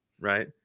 right